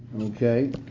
Okay